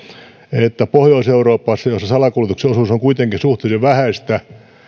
että pohjois euroopassa jossa salakuljetuksen osuus on kuitenkin suhteellisen vähäistä